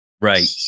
Right